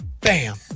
bam